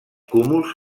cúmuls